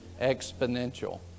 exponential